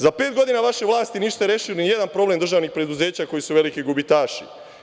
Za pet godina vaše vlasti niste rešili ni jedan problem državnih preduzeća koja su veliki gubitaši.